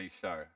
show